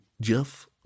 Jeff